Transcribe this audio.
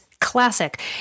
classic